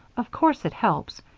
of course it helps,